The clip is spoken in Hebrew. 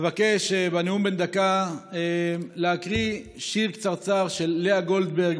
אבקש בנאום בן דקה להקריא שיר קצרצר של לאה גולדברג,